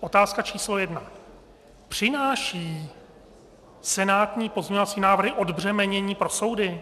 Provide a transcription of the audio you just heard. Otázka číslo jedna: přináší senátní pozměňovací návrhy odbřemenění pro soudy?